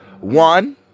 One